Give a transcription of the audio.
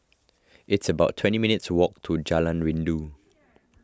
it's about twenty minutes' walk to Jalan Rindu